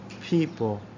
people